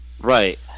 Right